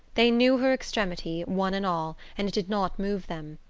they knew her extremity, one and all, and it did not move them.